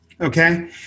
Okay